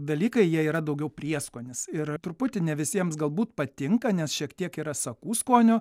dalykai jie yra daugiau prieskonis ir truputį ne visiems galbūt patinka nes šiek tiek yra sakų skonio